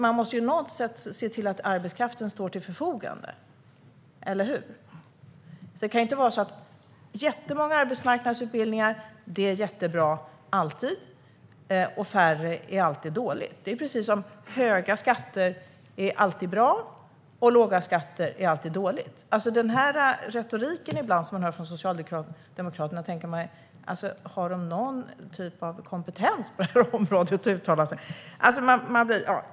Man måste på något sätt se till att arbetskraften står till förfogande - eller hur? Det kan inte vara så att jättemånga arbetsmarknadsutbildningar alltid är jättebra och att färre alltid är dåligt. Det är precis som att höga skatter alltid är bra och att låga skatter alltid är dåligt. Ibland när man hör retoriken från Socialdemokraterna tänker man: Har de någon typ av kompetens på det här området för att uttala sig?